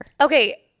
Okay